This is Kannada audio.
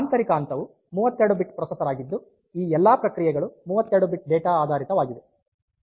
ಆಂತರಿಕ ಹಂತವು 32 ಬಿಟ್ ಪ್ರೊಸೆಸರ್ ಆಗಿದ್ದು ಈ ಎಲ್ಲಾ ಪ್ರಕ್ರಿಯೆಗಳು 32 ಬಿಟ್ ಡೇಟಾ ಆಧಾರಿತವಾಗಿವೆ